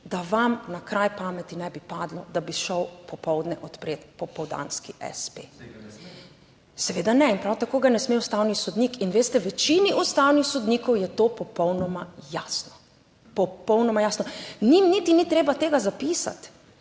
da vam na kraj pameti ne bi padlo, da bi šel popoldne odpreti popoldanski espe. Seveda ne. In prav tako ga ne sme ustavni sodnik. Veste, večini ustavnih sodnikov je to popolnoma jasno, popolnoma jasno. Njim niti ni treba tega zapisati,